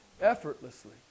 effortlessly